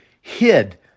hid